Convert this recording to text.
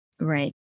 Right